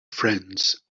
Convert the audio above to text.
friends